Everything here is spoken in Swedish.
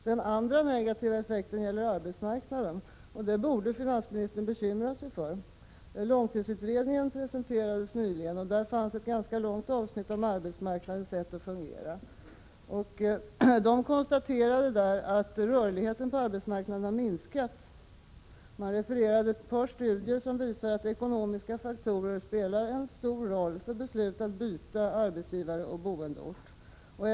Den andra negativa effekten gäller arbetsmarknaden. Det borde finansministern bekymra sig för. Långtidsutredningen presenterades nyligen. Där fanns ett ganska långt avsnitt om arbetsmarknadens sätt att fungera. Utredningen konstaterade att rörligheten på arbetsmarknaden har minskat. Man refererar till ett par studier som visar att ekonomiska faktorer spelar en stor roll för beslut att byta arbetsgivare och bostadsort.